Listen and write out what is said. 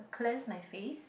cleanse my face